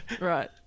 Right